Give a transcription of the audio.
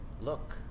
look